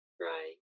Right